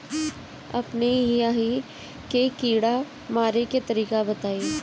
अपने एहिहा के कीड़ा मारे के तरीका बताई?